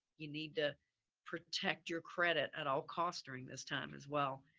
you need to protect your credit at all costs during this time as well.